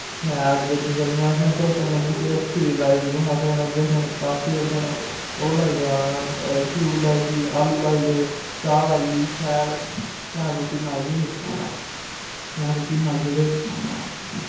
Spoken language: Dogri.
शैल जलेबियां चलियां इक दिन खीर लाई ओड़ी कुसे नै इक दिन जिस दिन ओह् सयूल लाई ओड़ी आलू लाई ओड़े चेहा लाई ओड़ी शैल रुट्टी लाई दी ही शैल रुट्टी बनाईयै ते